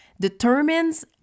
determines